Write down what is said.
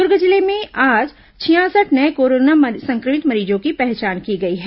दुर्ग जिले में आज छियासठ नये कोरोना संक्रमित मरीजों की पहचान की गई है